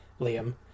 liam